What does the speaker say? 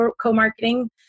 co-marketing